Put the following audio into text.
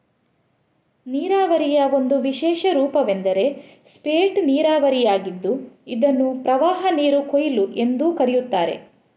ನೀರಾವರಿಯ ಒಂದು ವಿಶೇಷ ರೂಪವೆಂದರೆ ಸ್ಪೇಟ್ ನೀರಾವರಿಯಾಗಿದ್ದು ಇದನ್ನು ಪ್ರವಾಹನೀರು ಕೊಯ್ಲು ಎಂದೂ ಕರೆಯುತ್ತಾರೆ